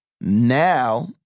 Now